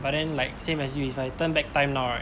but then like same as you if I turn back time now right